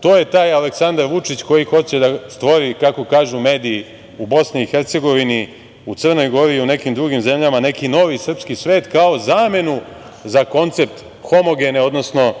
To je taj Aleksandar Vučić koji hoće da stvori kako kažu mediji u BiH, u Crnoj Gori i u nekim drugim zemljama, neki novi srpski svet kao zamenu za koncept homogene, odnosno